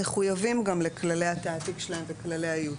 מחויבים גם לכללי התעתיק שלהם ולכללי האיות.